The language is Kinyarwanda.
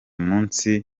munsi